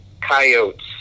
Coyotes